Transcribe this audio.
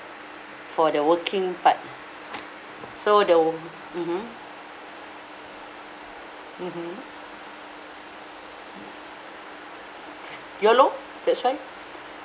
for the working part so the mmhmm mmhmm ya lor that's why